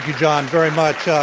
john, very much. ah